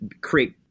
create –